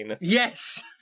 yes